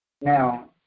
Now